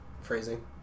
Phrasing